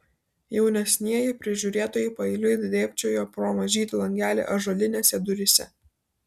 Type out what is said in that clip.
jaunesnieji prižiūrėtojai paeiliui dėbčiojo pro mažytį langelį ąžuolinėse duryse